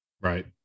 Right